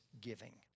giving